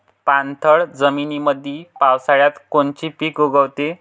पाणथळ जमीनीमंदी पावसाळ्यात कोनचे पिक उगवते?